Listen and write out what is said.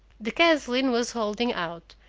the gasoline was holding out.